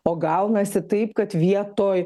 o gaunasi taip kad vietoj